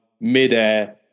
mid-air